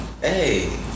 Hey